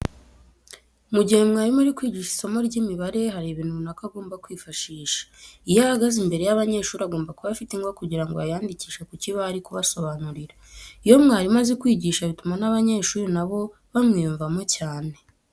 Mu gihe umwarimu ari kwigisha isomo ry'imibare hari ibintu runaka agomba kwifashisha. Iyo ahagaze imbere y'abanyeshuri agomba kuba afite ingwa kugira ngo ayandikishe ku kibaho ari kubasobanurira. Iyo umwarimu azi kwigisha bituma n'abanyeshuri na bo bamwiyumvamo cyane.